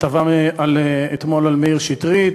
כתבה אתמול על מאיר שטרית,